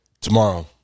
Tomorrow